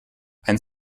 ein